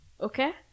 Okay